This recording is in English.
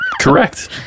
Correct